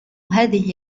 هذه